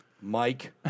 Mike